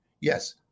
yes